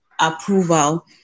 approval